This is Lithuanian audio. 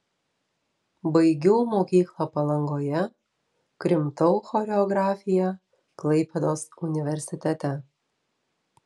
baigiau mokyklą palangoje krimtau choreografiją klaipėdos universitete